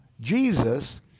Jesus